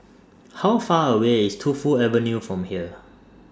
How Far away IS Tu Fu Avenue from here